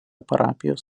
parapijos